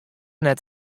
net